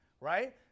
right